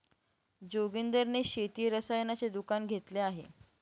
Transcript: जोगिंदर ने शेती रसायनाचे दुकान घेतले आहे